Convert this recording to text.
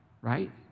right